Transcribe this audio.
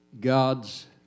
God's